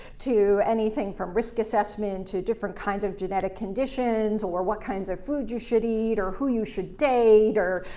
to anything from risk assessment to different kinds of genetic conditions, or what kinds of foods you should eat, or who you should date or,